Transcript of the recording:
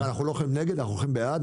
אנחנו לא הולכים נגד, אנחנו הולכים בעד.